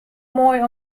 moai